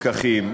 לקחים,